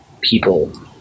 people